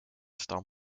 stam